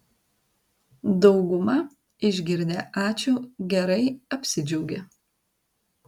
dauguma išgirdę ačiū gerai apsidžiaugia